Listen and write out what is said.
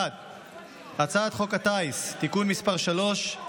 1. הצעת חוק הטיס (תיקון מס' 3),